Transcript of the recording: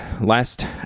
Last